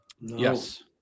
yes